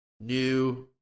new